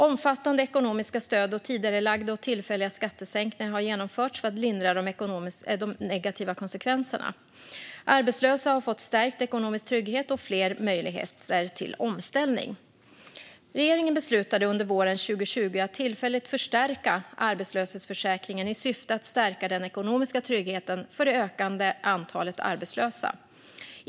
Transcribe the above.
Omfattande ekonomiska stöd och tidigarelagda och tillfälliga skattesänkningar har genomförts för att lindra de negativa konsekvenserna. Arbetslösa har fått stärkt ekonomisk trygghet och fler möjligheter till omställning. Regeringen beslutade under våren 2020 att tillfälligt förstärka arbetslöshetsförsäkringen i syfte att stärka den ekonomiska tryggheten för det ökande antalet arbetslösa.